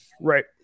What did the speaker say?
Right